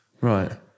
Right